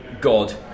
God